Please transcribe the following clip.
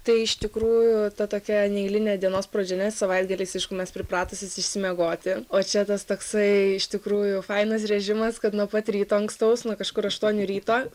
tai iš tikrųjų ta tokia neeilinė dienos pradžia nes savaitgaliais aišku mes pripratusios išsimiegoti o čia tas toksai iš tikrųjų fainas režimas kad nuo pat ryto ankstaus nuo kažkur aštuonių ryto